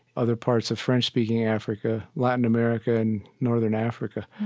other parts of french-speaking africa, latin america, and northern africa.